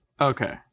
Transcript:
okay